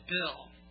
bill